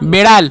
বেড়াল